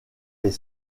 est